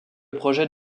projet